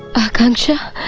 akansha!